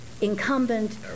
incumbent